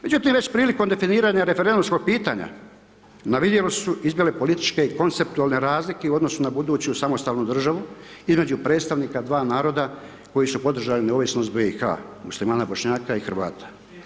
Međutim, već prilikom definiranja referendumskog pitanja na vidjelo su izbile političke i konceptualne razlike u odnosu na buduću samostalnu državu između predstavnika dva naroda koji su podržali neovisnost BiH-a Muslimana, Bošnjaka i Hrvata.